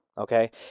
okay